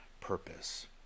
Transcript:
purpose